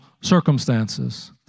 circumstances